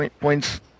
points